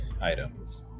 items